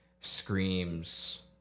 screams